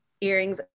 earrings